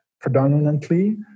predominantly